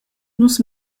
nus